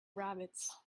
rabbits